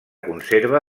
conserva